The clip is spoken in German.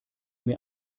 mir